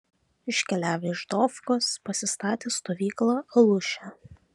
iškeliavę iš dofkos pasistatė stovyklą aluše